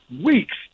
weeks